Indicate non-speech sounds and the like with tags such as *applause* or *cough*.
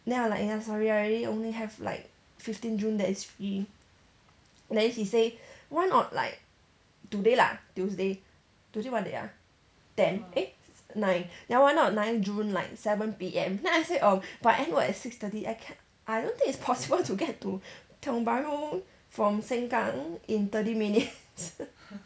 then I'm like ya sorry I really only have like fifteen june that is free then he say why not like today lah tuesday today what date ah ten eh nine ya why not nine june like seven P_M then I say um but I end work at six thirty I can't I don't think it's possible to get to tiong bahru from sengkang in thirty minutes *laughs*